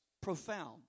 profound